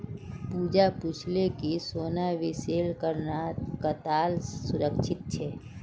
पूजा पूछले कि सोनात निवेश करना कताला सुरक्षित छे